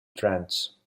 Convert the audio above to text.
trance